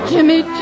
Jimmy